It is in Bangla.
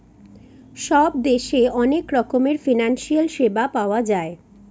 সব দেশে অনেক রকমের ফিনান্সিয়াল সেবা পাওয়া যায়